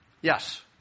Yes